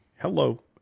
hello